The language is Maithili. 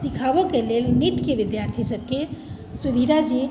सिखाबय के लेल निफ्टके विद्यार्थीसभकेँ सुधीरा जी